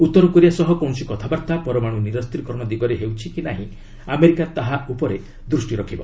ଉତ୍ତର କୋରିଆ ସହ କୌଣସି କଥାବାର୍ତ୍ତା ପରମାଣୁ ନିରସ୍ତ୍ରୀକରଣ ଦିଗରେ ହେଉଛି କି ନାହିଁ ଆମେରିକା ତାହା ଉପରେ ଦୃଷ୍ଟି ରଖିବ